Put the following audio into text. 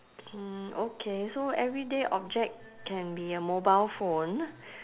mm okay so everyday object can be a mobile phone